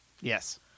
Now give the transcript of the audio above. Yes